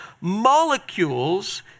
molecules